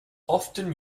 often